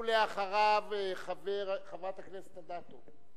ואחריו, חברת הכנסת אדטו.